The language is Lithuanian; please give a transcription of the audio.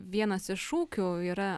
vienas iš šūkių yra